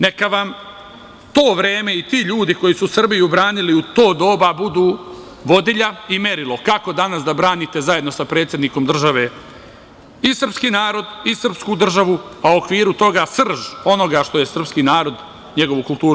Neka vam to vreme i ti ljudi koji su Srbiju branili u to doba, budu vodilja i merilo kako danas da branite zajedno sa predsednikom države i srpski narod i srpsku državu, a u okviru toga srž onoga što je srpski narod, njegovu kulturu.